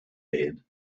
had